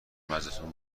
مجلسمون